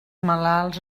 malalts